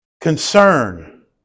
concern